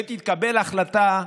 ותתקבל החלטה,